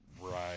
right